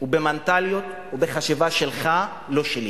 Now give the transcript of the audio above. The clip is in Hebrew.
ובמנטליות ובחשיבה שלך, ולא שלי.